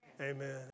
amen